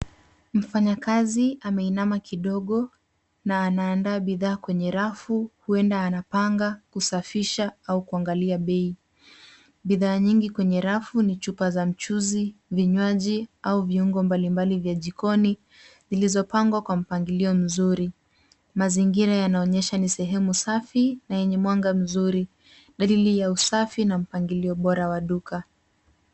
Mfanya kazi ameinama kidogo na ana andaa bidhaa kwenye rafu huenda anapanga kusafisha au kuangalia bei bidhaa nyingi kwenye rafu ni chupa za mchuzi, vinywaji au viungo mbali mbali vya jikoni zilizo pangwa kwa mpangilio mzuri. Mazingira yanaonyesha ni sehemu safi na yenye mwanga mzuri dalili ya usafi na mpangilio bora wa duka.